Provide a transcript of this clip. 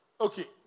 Okay